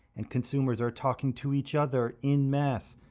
and consumers are talking to each other en masse.